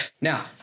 Now